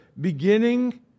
beginning